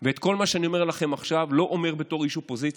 ואת כל מה שאני אומר לכם עכשיו אני לא אומר בתור איש אופוזיציה.